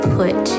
put